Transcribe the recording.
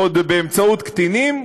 ועוד באמצעות קטינים,